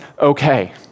okay